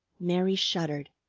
mary shuddered.